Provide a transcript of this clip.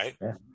right